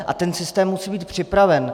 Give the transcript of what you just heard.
A ten systém musí být připraven.